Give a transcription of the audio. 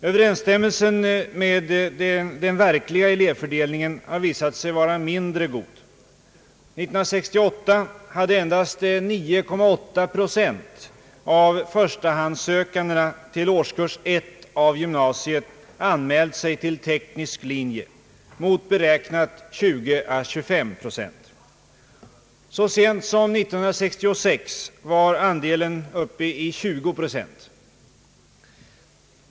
Överensstämmelsen med den verkliga elevfördelningen har visat sig vara mindre god. År 1968 hade endast 9,8 procent av förstahandssökandena till årskurs 1 av gymnasiet anmält sig till teknisk linje mot beräknade 20 å 25 procent. Så sent som 1966 var andelen 20 procent.